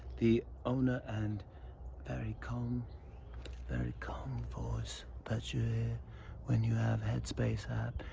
the owner and very calm very calm voice that you hear when you have headspace app.